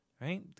right